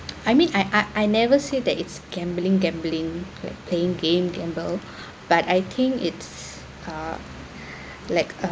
I mean I I I never say that it's gambling gambling like playing game gamble but I think it's uh like a